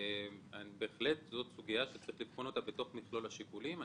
זאת סוגיה שצריך לבחון אותה בתוך מכלול השיקולים.